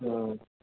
હં